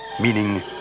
meaning